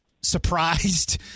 surprised